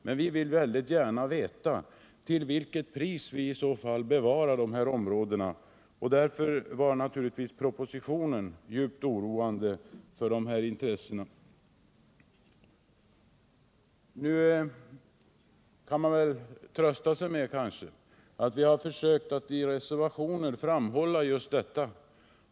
Men vi vill väldigt gärna veta till vilket pris vi eventuellt bevarar de här områdena. Därför var naturligtvis propositionen djupt oroande för alla som företräder de här intressena. Nu kan man kanske trösta sig med att vi har försökt att i reservationer framhålla just detta.